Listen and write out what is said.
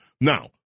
Now